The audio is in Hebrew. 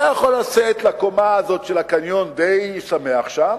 אתה יכול לצאת לקומה הזאת של הקניון, די שמח שם,